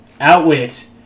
outwit